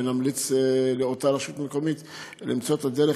ונמליץ לאותה רשות מקומית למצוא את הדרך,